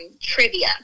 Trivia